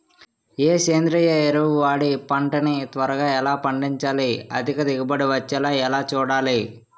ఏ సేంద్రీయ ఎరువు వాడి పంట ని త్వరగా ఎలా పండించాలి? అధిక దిగుబడి వచ్చేలా ఎలా చూడాలి?